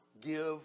give